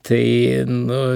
tai nu